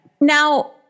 Now